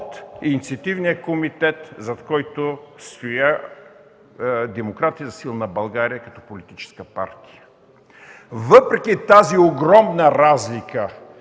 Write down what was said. от Инициативния комитет, зад който стоят от Демократи за силна България, като политическа партия. Въпреки огромната разлика